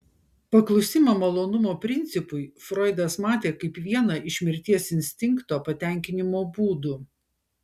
paklusimą malonumo principui froidas matė kaip vieną iš mirties instinkto patenkinimo būdų